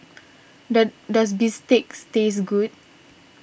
does does Bistake taste good